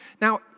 Now